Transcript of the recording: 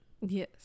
Yes